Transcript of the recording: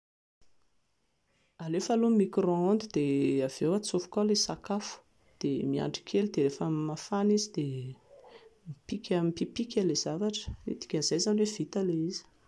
Alefa aloha ny micro-onde dia avy eo atsofoka ao ilay sakafo dia miandry kely dia rehefa mafana izy dia mipipika ilay zavatra, ny dikan'izay izany hoe vita ilay zavatra